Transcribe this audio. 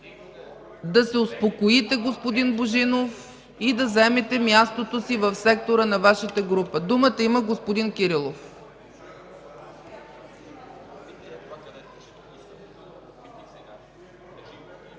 да се успокоите, господин Божинов, и да заемете мястото си в сектора на Вашата група. Думата има господин Кирилов.